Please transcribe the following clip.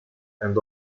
and